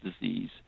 disease